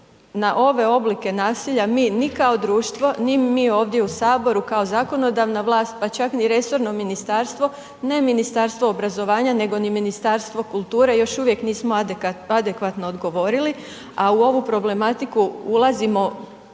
na ove oblike nasilje, mi ni kao društvo, ni mi ovdje u Saboru kao zakonodavna vlast, pa čak ni resorno ministarstvo ne Ministarstvo obrazovanja, nego ni Ministarstvo kulture još uvijek nismo adekvatno odgovorili, a u ovu problematiku ulazimo